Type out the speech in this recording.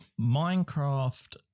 Minecraft